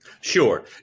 Sure